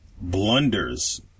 blunders